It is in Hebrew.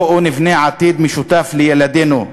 בואו נבנה עתיד משותף לילדינו,